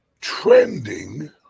Trending